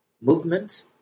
movements